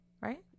right